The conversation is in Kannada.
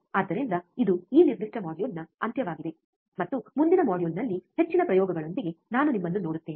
ಆದ್ದರಿಂದ ಇದು ಈ ನಿರ್ದಿಷ್ಟ ಮಾಡ್ಯೂಲ್ನ ಅಂತ್ಯವಾಗಿದೆ ಮತ್ತು ಮುಂದಿನ ಮಾಡ್ಯೂಲ್ನಲ್ಲಿ ಹೆಚ್ಚಿನ ಪ್ರಯೋಗಗಳೊಂದಿಗೆ ನಾನು ನಿಮ್ಮನ್ನು ನೋಡುತ್ತೇನೆ